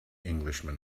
englishman